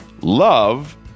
love